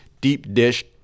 deep-dish